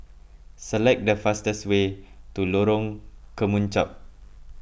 select the fastest way to Lorong Kemunchup